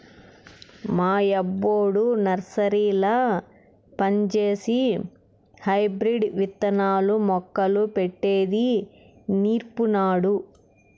మా యబ్బొడు నర్సరీల పంజేసి హైబ్రిడ్ విత్తనాలు, మొక్కలు పెట్టేది నీర్పినాడు